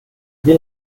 wie